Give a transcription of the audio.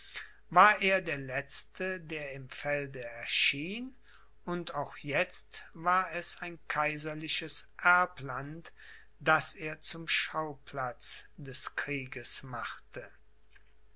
war er der letzte der im felde erschien und auch jetzt war es ein kaiserliches erbland das er zum schauplatz des krieges machte